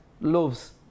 loaves